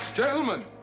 Gentlemen